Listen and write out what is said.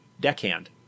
deckhand